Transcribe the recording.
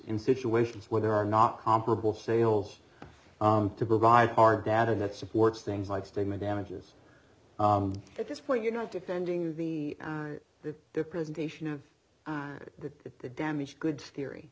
in situations where there are not comparable sales to provide hard data that supports things like stigma damages at this point you're not defending the the the presentation of the the damaged goods theory